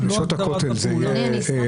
לא הגדרת הפעולה.